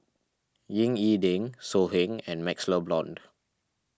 Ying E Ding So Heng and MaxLe Blond